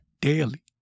daily